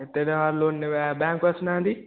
ଏତେ ଟଙ୍କା ଲୋନ୍ ନେବେ ବ୍ୟାଙ୍କ୍କୁ ଆସୁନାହାଁନ୍ତି